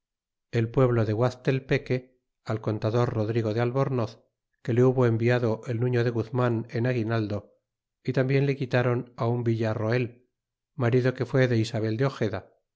el pueblo de guazpaltepeque al contador rodrigo de albornoz que le hubo enviado el nuño de guzman en aguinaldo y tambien le quitron un villa roel marido que fue de isabel de hojeda